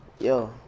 Yo